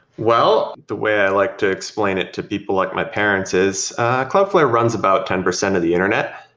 well, the way i like to explain it to people like my parents is cloudflare runs about ten percent of the internet,